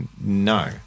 no